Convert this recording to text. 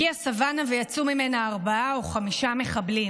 הגיעה סוואנה ויצאו ממנה ארבעה או חמישה מחבלים.